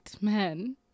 men